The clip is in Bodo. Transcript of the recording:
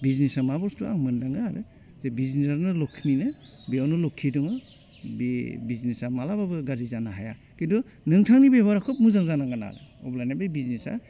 बिजनेसा मा बुस्तु आं मोनदाङो आरो जे बिजनेसआनो लक्षिनिनो बेयावनो लक्षि दङो बे बिजनेसा मालाबाबो गाज्रि जानो हाया खिन्थु नोंथांनि बेबहारआ खोब मोजां जानांगोन आरो अब्लानिया बे बिजनेसा